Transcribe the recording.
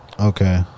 okay